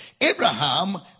Abraham